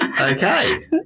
okay